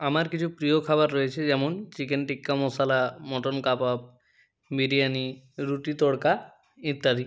আমার কিছু প্রিয় খাবার রয়েছে যেমন চিকেন টিক্কা মশালা মটন কাবাব বিরিয়ানি রুটি তড়কা ইত্যাদি